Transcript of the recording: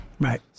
Right